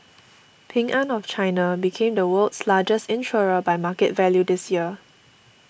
Ping An of China became the world's largest insurer by market value this year